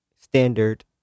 standard